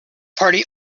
party